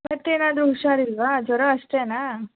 ಮತ್ತು ಏನಾದರು ಹುಷಾರಿಲ್ಲವಾ ಜ್ವರ ಅಷ್ಟೇನಾ